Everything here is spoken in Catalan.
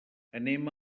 anem